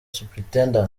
supt